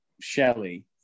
Shelley